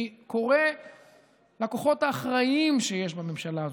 אני קורא לכוחות האחראיים שיש בממשלה הזאת,